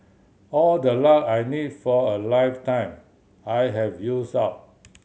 all the luck I need for a lifetime I have used up